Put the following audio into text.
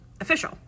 official